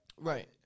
Right